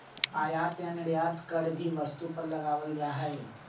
आयात या निर्यात कर भी वस्तु पर लगावल जा हई